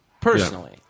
personally